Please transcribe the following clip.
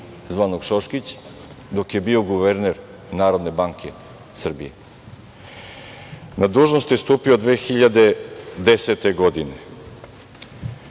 zvanog Šoškić, dok je bio guverner Narodne banke Srbije. Na dužnost je stupio 2010. godine.